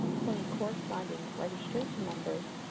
twenty corresponding registration numbers,